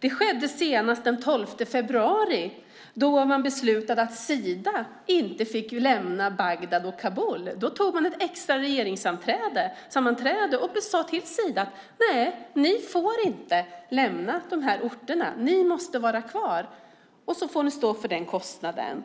Det skedde senast den 12 februari, då man beslutade att Sida inte fick lämna Bagdad och Kabul. Då hade man ett extra regeringssammanträde och sade till Sida att man inte fick lämna de orterna: Ni måste vara kvar, och ni får stå för den kostnaden!